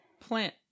plant